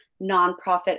nonprofit